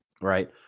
right